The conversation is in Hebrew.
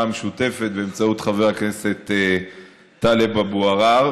המשותפת באמצעות חבר הכנסת טלב אבו עראר.